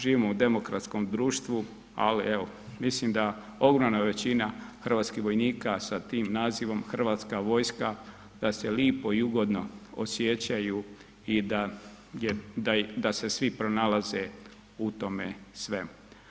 Živimo u demokratskom društvu, ali evo mislim da ogromna većina hrvatskih vojnika sa tim nazivom Hrvatska vojska da se lipo i ugodno osjećaju i da se svi pronalaze u tome svemu.